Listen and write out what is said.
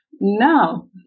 No